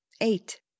eight